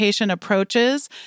approaches